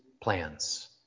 plans